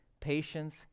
patience